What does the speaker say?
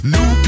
New